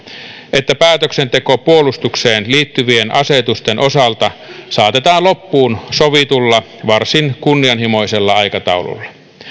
että päätöksenteko puolustukseen liittyvien asetusten osalta saatetaan loppuun sovitulla varsin kunnianhimoisella aikataululla